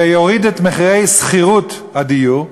ויוריד את מחירי שכירות הדיור,